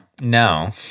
No